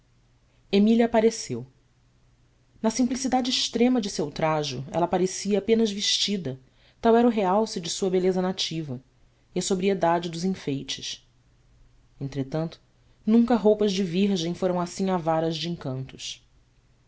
emília apareceu na simplicidade extrema de seu trajo ela parecia apenas vestida tal era o realce de sua beleza nativa e a sobriedade dos enfeites entretanto nunca roupas de virgem foram assim avaras de encantos